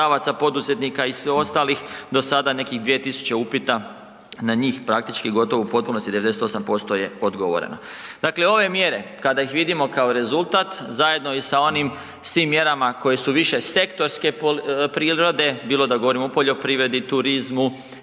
poslodavaca, poduzetnika i sve ostalih, do sada nekih 2000 upita na njih praktički gotovo u potpunosti 98% je odgovoreno. Dakle, ove mjere kada ih vidimo kao rezultat zajedno i sa onim svim mjerama koje su više sektorske prirode, bilo da govorimo o poljoprivredi, turizmu,